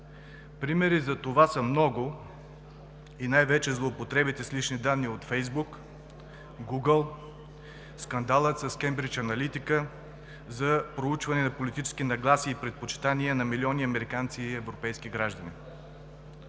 Примерите за това са много и най-вече злоупотребите с лични данни от Фейсбук, Гугъл, скандалът с „Кеймбридж Аналитика“ за проучване на политически нагласи и предпочитания на милиони американци и европейски граждани.